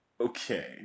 okay